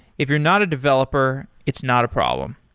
if you're not a developer, it's not a problem.